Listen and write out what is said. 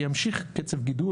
ימשיך קצב גידול.